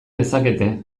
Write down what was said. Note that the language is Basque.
dezakete